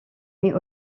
mit